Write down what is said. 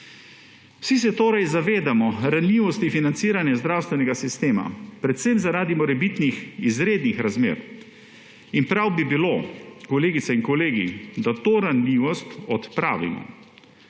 Vsi se torej zavedamo ranljivosti financiranja zdravstvenega sistema, predvsem zaradi morebitnih izrednih razmer, in prav bi bilo, kolegice in kolegi, da to ranljivost odpravimo.